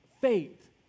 faith